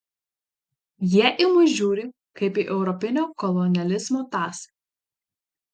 jie į mus žiūri kaip į europinio kolonializmo tąsą